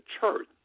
church